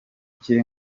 kiri